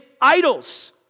idols